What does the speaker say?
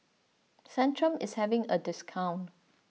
Centrum is having a discount